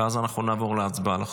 ואז אנחנו נעבור להצבעה על החוק.